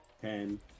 ten